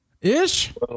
ish